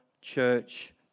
church